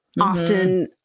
Often-